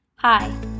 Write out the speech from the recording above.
Hi